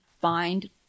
find